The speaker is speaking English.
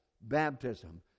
baptism